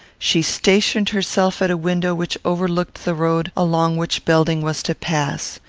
she stationed herself at a window which overlooked the road along which belding was to pass.